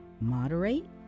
moderate